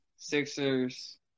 Sixers